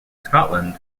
scotland